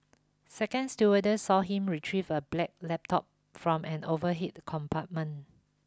a second stewardess saw him retrieve a black laptop from an overhead compartment